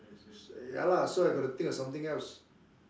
uh ya lah so I got to think of something else